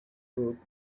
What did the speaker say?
group